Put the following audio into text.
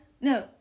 no